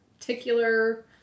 particular